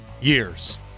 years